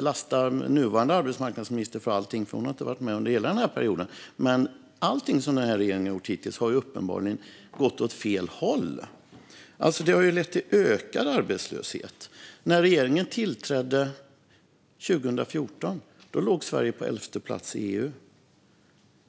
lasta den nuvarande arbetsmarknadsministern för allting, för hon har inte varit med under hela perioden, men varför ska vi tro att regeringen har lösningen på de här problemen med tanke på att allting som regeringen har gjort hittills uppenbarligen har gått åt fel håll? Det har ju lett till ökad arbetslöshet. När regeringen tillträdde 2014 låg Sverige på 11:e plats i EU.